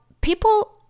people